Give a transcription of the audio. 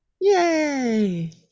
yay